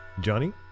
Johnny